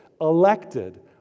elected